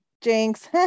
Jinx